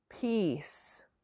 peace